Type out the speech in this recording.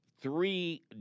three